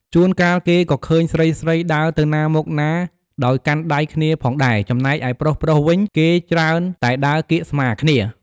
ជួនកាល គេក៏ឃើញស្រីៗដើរទៅណាមកណាដោយកាន់ដៃគ្នាផងដែរ ចំណែកឯប្រុសៗវិញ គេច្រើនតែដើរកៀកស្មាគ្នា។